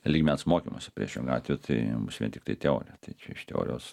lygmens mokymuose priešingu atveju tai bus vien tiktai teorija čia iš teorijos